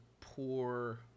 poor